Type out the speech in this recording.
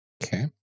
Okay